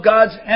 God's